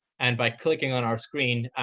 and by clicking on our screen,